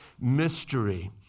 mystery